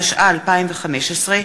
התשע"ה 2015,